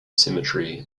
cemetery